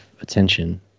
attention